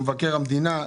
מבקר המדינה,